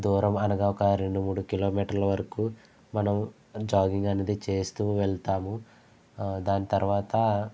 దూరమనగా ఒక రెండు మూడు కిలోమీటర్ ల వరకు మనం జాగింగ్ అనేది చేస్తూ వెళ్తాము దాని తర్వాత